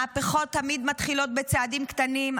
מהפכות תמיד מתחילות בצעדים קטנים,